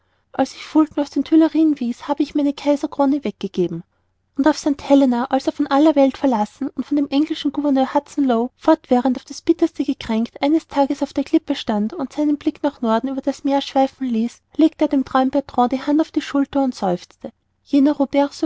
als ich fulton aus den tuilerien wies habe ich meine kaiserkrone weggegeben und auf st helena als er von aller welt verlassen und von dem englischen gouverneur hudson lowe fortwährend auf das bitterste gekränkt eines tages auf der klippe stand und seinen blick nach norden über das meer schweifen ließ legte er dem treuen bertrand die hand auf die schulter und seufzte jener